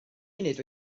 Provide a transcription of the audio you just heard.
munud